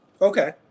Okay